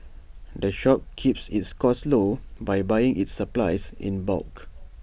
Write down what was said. the shop keeps its costs low by buying its supplies in bulk